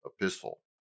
epistle